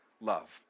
love